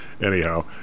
Anyhow